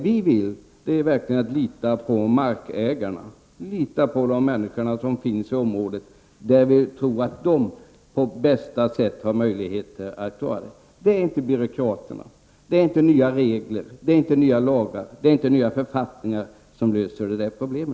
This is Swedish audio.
Vi vill verkligen sätta vår lit till markägarna, för det är de människor som bor i området som har de bästa möjligheterna att klara detta. Det är inte byråkraterna eller nya regler, lagar och författningar som löser dessa problem.